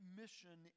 mission